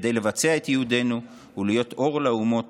כדי לבצע את ייעודנו ולהיות אור לאומות